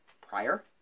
prior